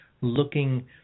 looking